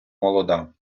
молода